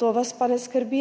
To vas pa ne skrbi.